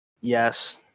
yes